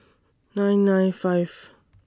nine nine five